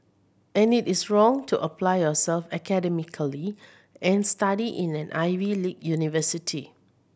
and it is wrong to apply yourself academically and study in an Ivy league university